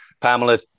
Pamela